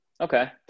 Okay